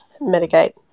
mitigate